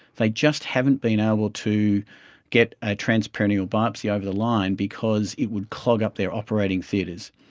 they just haven't been able to get a transperineal biopsy over the line because it would clog up their operating theatres.